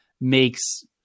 makes